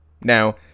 Now